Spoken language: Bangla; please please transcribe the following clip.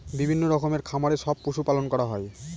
বিভিন্ন রকমের খামারে সব পশু পালন করা হয়